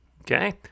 okay